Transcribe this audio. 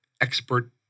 expert